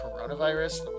coronavirus